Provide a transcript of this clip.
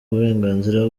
uburenganzira